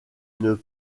une